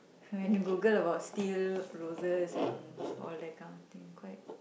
went to Google about steel roses and all that kind of thing